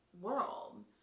world